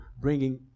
bringing